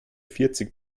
vierzig